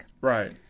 Right